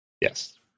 Yes